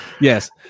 Yes